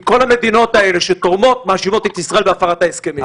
כי כל המדינות האלה שתורמות מאשימות את ישראל בהפרת ההסכמים.